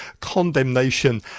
condemnation